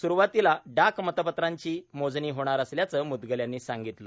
स्रूवातीला डाक मतपत्राची मोजणी होणार असल्याचं मुद्गल यांनी सांगितलं